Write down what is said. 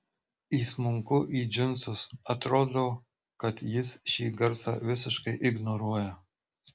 įsmunku į džinsus atrodo kad jis šį garsą visiškai ignoruoja